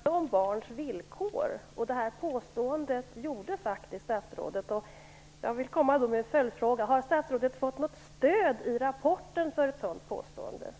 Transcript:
Fru talman! Debatten handlade om barns villkor. Statsrådet gjorde faktiskt det nämnda påståendet. Jag vill ställa en följdfråga: Har statsrådet funnit något stöd i rapporten för ett sådant påstående?